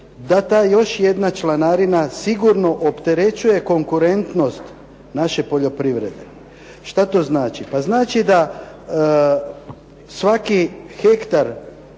da ta još jedna članarina sigurno opterećuje konkurentnost naše poljoprivrede. Šta to znači? Pa znači da svaki hektar